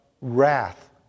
wrath